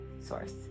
source